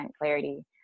clarity